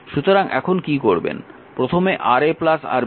সুতরাং এখন কী করবেন